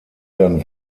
dann